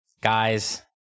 guys